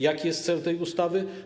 Jaki jest cel tej ustawy?